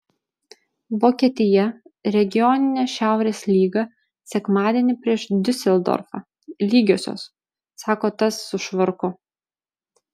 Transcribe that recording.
vokietija regioninė šiaurės lyga sekmadienį prieš diuseldorfą lygiosios sako tas su švarku